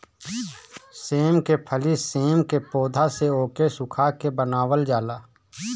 सेम के फली सेम के पौध से ओके सुखा के बनावल जाला